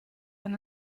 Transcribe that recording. man